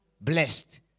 Blessed